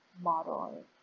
model